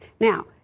Now